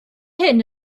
hyn